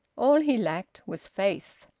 all he lacked was faith.